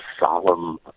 solemn